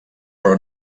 però